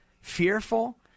fearful